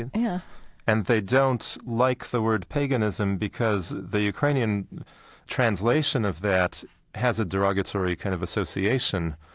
yeah and they don't like the word paganism because the ukrainian translation of that has a derogatory kind of association.